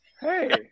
Hey